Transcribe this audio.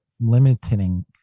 limiting